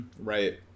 right